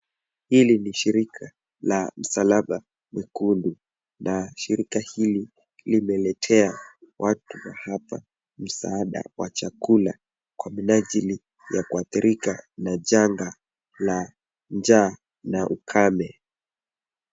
Hili ni shirika la msalaba mwekundu na shirika hili limeletea watu wa hapa misaada wa chakula kwa minajili ya kuathirika na janga la njaa na ukame.